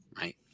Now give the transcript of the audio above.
right